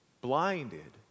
blinded